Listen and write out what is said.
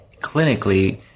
clinically